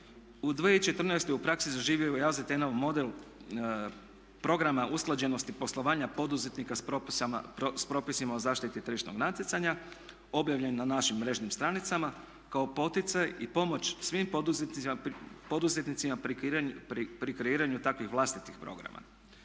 U 2014. u praksi zaživio je …/Govornik se ne razumije./… model programa usklađenosti poslovanja poduzetnika s propisima o zaštiti tržišnog natjecanja objavljen na našim mrežnim stranicama kao poticaj i pomoć svim poduzetnicima pri kreiranju takvih vlastitih programa.